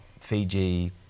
Fiji